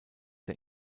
der